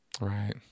Right